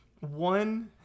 One